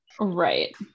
Right